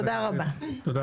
תודה רבה.